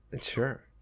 Sure